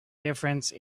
difference